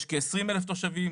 יש כ-20,000 תושבים,